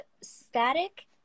static